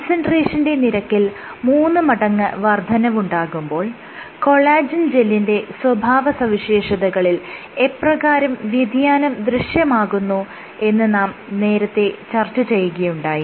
കോൺസെൻട്രേഷന്റെ നിരക്കിൽ മൂന്ന് മടങ്ങ് വർദ്ധനവുണ്ടാകുമ്പോൾ കൊളാജെൻ ജെല്ലിന്റെ സ്വഭാവസവിശേഷതകളിൽ എപ്രകാരം വ്യതിയാനം ദൃശ്യമാകുന്നു എന്ന് നാം നേരത്തെ ചർച്ച ചെയ്യുകയുണ്ടായി